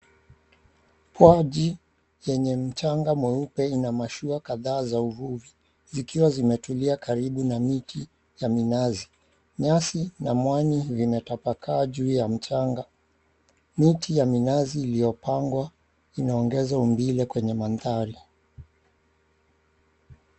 Pwaji yenye mchanga mweupe ina mashua kadhaa za uvuvi zikiwa zimetulia karibu na miti ya minazi. Nyasi na mwani vimetapakaa juu ya mchanga. Miti ya minazi iliopangwa inaongeza umbile kwenye mandhari.